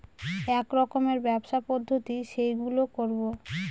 এক রকমের ব্যবসার পদ্ধতি যেইগুলো করবো